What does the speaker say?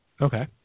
Okay